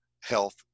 health